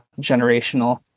generational